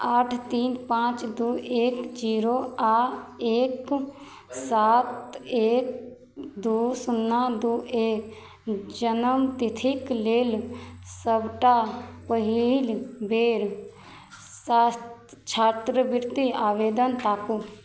आठ तीन पाँच दू एक जीरो आओर एक सात एक दू शून्ना दू एक जनमतिथिक लेल सबटा पहिल बेर छा छात्रवृति आवेदन ताकू